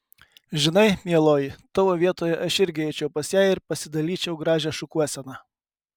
žinai mieloji tavo vietoje aš irgi eičiau pas ją ir pasidalyčiau gražią šukuoseną